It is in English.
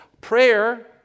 prayer